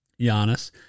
Giannis